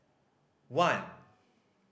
one